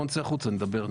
בוא נצא החוצה ונדבר.